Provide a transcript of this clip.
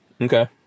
Okay